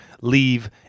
leave